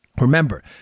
Remember